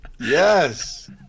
Yes